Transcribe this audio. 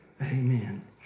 Amen